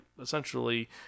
essentially